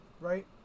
right